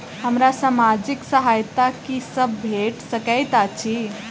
हमरा सामाजिक सहायता की सब भेट सकैत अछि?